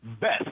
best